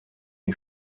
les